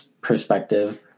perspective